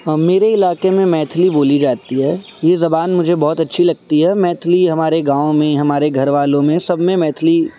ہاں میرے علاقے میں میتھلی بولی جاتی ہے یہ زبان مجھے بہت اچھی لگتی ہے میتھلی ہمارے گاؤں میں ہمارے گھر والوں میں سب میں میتھلی